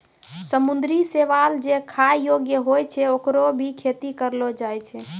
समुद्री शैवाल जे खाय योग्य होय छै, होकरो भी खेती करलो जाय छै